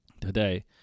today